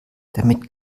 damit